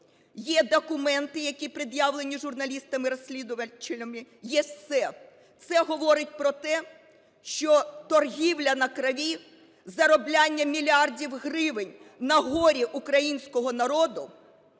Є документи, які пред'явлені журналістами-розслідувачами, є все. Це говорить про те, що торгівля на крові, заробляння мільярдів гривень на горі українського народу;